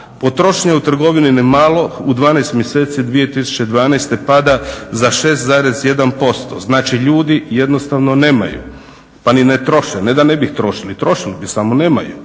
Potrošnja je u trgovini na malo u 12 mjeseci 2012. pada za 6,1%. Znači, ljudi jednostavno nemaju pa ni ne troše, a ne da ne bi trošili. Trošili bi samo nemaju.